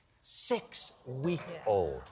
Six-week-old